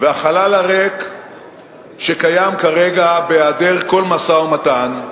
והחלל הריק שקיים כרגע, בהיעדר כל משא-ומתן,